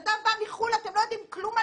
הגיע מחו"ל לא ידעו עליו כלום,